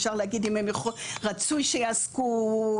אפשר להגיד רצוי שיעסקו,